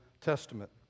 Testament